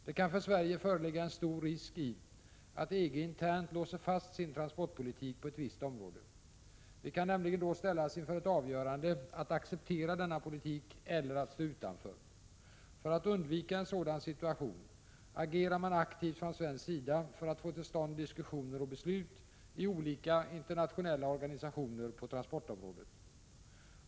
Det kan för Sverige föreligga en stor risk i att EG internt låser fast sin transportpolitik på ett visst område. Vi kan nämligen då ställas inför ett avgörande att acceptera denna politik eller att stå utanför. För att undvika en sådan situation agerar man aktivt från svensk sida för att få till stånd diskussioner och beslut i olika internationella organisationer på transportområdet.